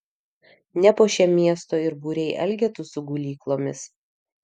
nepuošia miesto ir būriai elgetų su gulyklomis